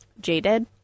jaded